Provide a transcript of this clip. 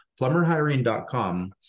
plumberhiring.com